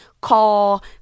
call